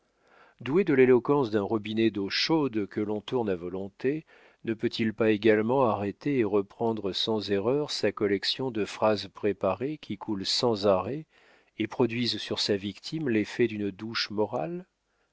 doué de l'éloquence d'un robinet d'eau chaude que l'on tourne à volonté ne peut-il pas également arrêter et reprendre sans erreur sa collection de phrases préparées qui coulent sans arrêt et produisent sur sa victime l'effet d'une douche morale